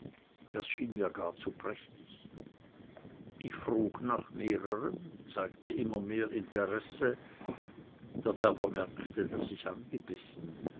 das schien mir gar zu prächtig ich frug nach mehrerem zeigte immer mehr interesse der werber merkte daß ich angebissen